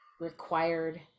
required